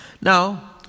Now